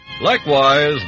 Likewise